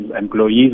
employees